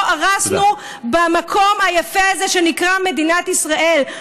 הרסנו במקום היפה הזה שנקרא מדינת ישראל,